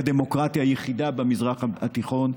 כדמוקרטיה היחידה במזרח התיכון,